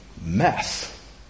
mess